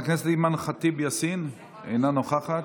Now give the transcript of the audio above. חברת הכנסת אימאן ח'טיב יאסין, אינה נוכחת,